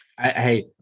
Hey